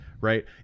Right